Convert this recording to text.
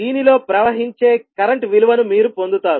దీనిలో ప్రవహించే కరెంట్ విలువను మీరు పొందుతారు